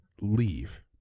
leave